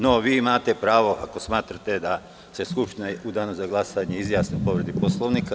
No, viimate pravo, ako smatrate da je povređen Poslovnik, da se Skupština u danu za glasanje izjasni o povredi Poslovnika.